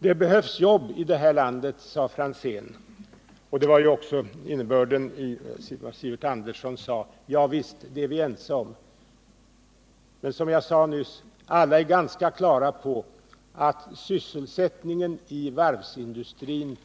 Det behövs jobb i vårt land, sade Tommy Franzén, och det var också innebörden i vad Sivert Andersson sade. Javisst, det är vi ense om. Men som jag sade nyss är alla på det klara med att sysselsättningen i varvsindustrin